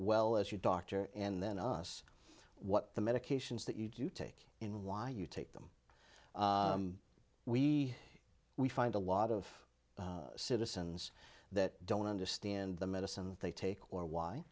well as your doctor and then us what the medications that you take in why you take them we we find a lot of citizens that don't understand the medicine they take or why